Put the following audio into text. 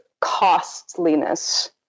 costliness